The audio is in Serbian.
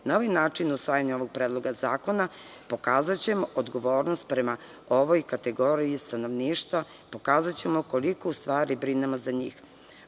novim načinom usvajanja ovog predloga zakona pokazaćemo odgovornost prema ovoj kategoriji stanovništva, pokazaćemo koliko u stvari brinemo za